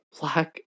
black